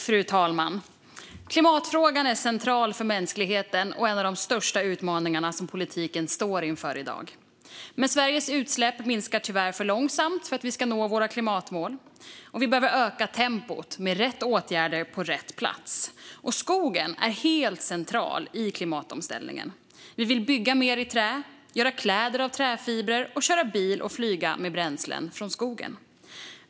Fru talman! Klimatfrågan är central för mänskligheten och en av de största utmaningar som politiken står inför i dag. Men Sveriges utsläpp minskar tyvärr för långsamt för att vi ska nå våra klimatmål, och vi behöver öka tempot med rätt åtgärder på rätt plats. Skogen är helt central i klimatomställningen. Vi vill bygga mer i trä, göra kläder av träfibrer och köra bil och flyga med bränslen från skogen.